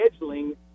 scheduling